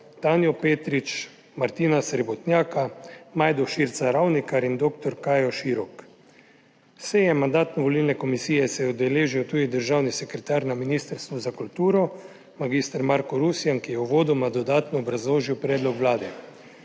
Tanjo Petrič, Martina Srebotnjaka, Majdo Širca Ravnikar in dr. Kajo Širok. Seje Mandatno-volilne komisije se je udeležil tudi državni sekretar na Ministrstvu za kulturo mag. Marko Rusjan, ki je uvodoma dodatno obrazložil predlog Vlade.